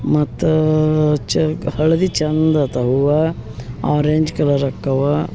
ಮತ್ತು ಚ ಹಳದಿ ಚಂದ ಆಗ್ತಾವ್ ಹೂವು ಆರೆಂಜ್ ಕಲರ್ ಅಕ್ಕವಾ